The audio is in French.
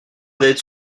d’être